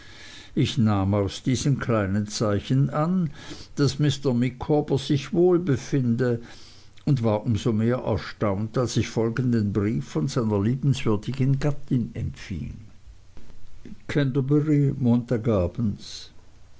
ich nahm aus diesen kleinen zeichen an daß mr micawber sich wohl befinde und war um so mehr erstaunt als ich folgenden brief von seiner liebenswürdigen gattin empfing